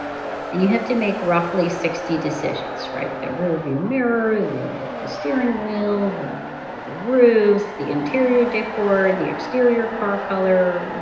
and you have to make roughly sixty decisions, right? the rearview mirror, the the steering wheel, the the roof, the interior decor, the exterior car color,